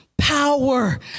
Power